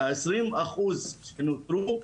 העשרים אחוז שנותרו,